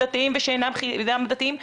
דתיים ושאינם דתיים,